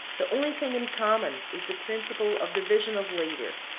the only thing in common is the principle of division of labor.